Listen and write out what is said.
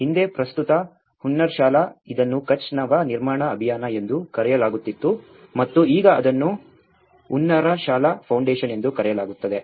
ಹಿಂದೆ ಪ್ರಸ್ತುತ ಹುನ್ನಾರಶಾಲಾ ಇದನ್ನು ಕಚ್ ನವ ನಿರ್ಮಾಣ ಅಭಿಯಾನ ಎಂದು ಕರೆಯಲಾಗುತ್ತಿತ್ತು ಮತ್ತು ಈಗ ಅದನ್ನು ಹುನ್ನಾರಶಾಲಾ ಫೌಂಡೇಶನ್ ಎಂದು ಕರೆಯಲಾಗುತ್ತದೆ